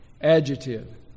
adjective